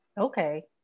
Okay